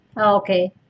okay